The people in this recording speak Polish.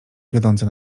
wiodące